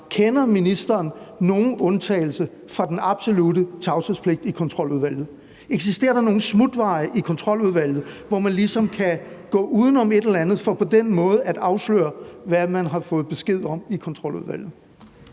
Kender ministeren nogen undtagelse fra den absolutte tavshedspligt i Kontroludvalget? Eksisterer der nogen smutveje i Kontroludvalget, hvor man ligesom kan gå uden om et eller andet for på den måde at afsløre, hvad man har fået besked om i Kontroludvalget?